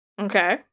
Okay